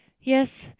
yes,